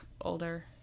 older